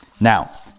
Now